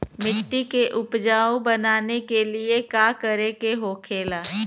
मिट्टी के उपजाऊ बनाने के लिए का करके होखेला?